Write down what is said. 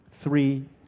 three